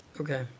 Okay